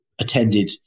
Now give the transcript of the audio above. attended